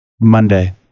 Monday